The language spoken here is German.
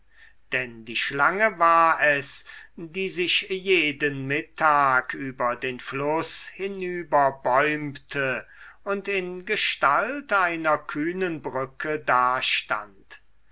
denn die schlange war es die sich jeden mittag über den fluß hinüberbäumte und in gestalt einer kühnen brücke dastand